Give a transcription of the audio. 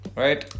right